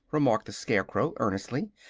remarked the scarecrow, earnestly.